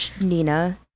Nina